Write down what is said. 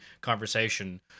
conversation